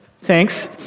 Thanks